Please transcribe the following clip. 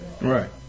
Right